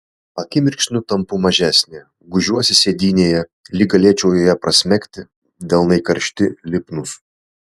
akimirksniu tampu mažesnė gūžiuosi sėdynėje lyg galėčiau joje prasmegti delnai karšti lipnūs